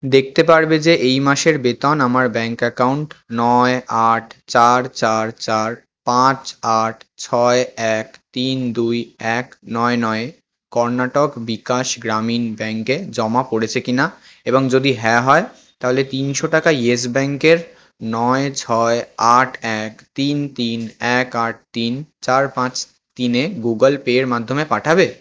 দেখতে পারবে যে এই মাসের বেতন আমার ব্যাঙ্ক অ্যাকাউন্ট নয় আট চার চার চার পাঁচ আট ছয় এক তিন দুই এক নয় নয় কর্ণাটক বিকাশ গ্রামীণ ব্যাঙ্কে জমা পড়েছে কিনা এবং যদি হ্যাঁ হয় তাহলে তিনশো টাকা ইয়েস ব্যাঙ্কের নয় ছয় আট এক তিন তিন এক আট তিন চার পাঁচ তিনে গুগল পের মাধ্যমে পাঠাবে